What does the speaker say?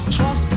Trust